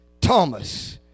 thomas